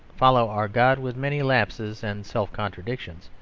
follow our god with many relapses and self-contradictions,